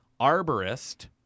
arborist